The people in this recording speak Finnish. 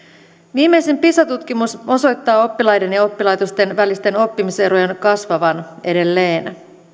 viimeisin pisa tutkimus osoittaa oppilaiden ja oppilaitosten välisten oppimiserojen kasvavan edelleen